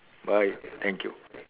bye thank you